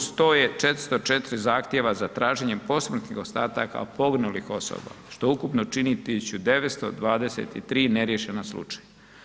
Uz to je 404 zahtjeva za traženjem posmrtnih ostataka poginulih osoba što ukupno čini 1923 neriješena slučaja.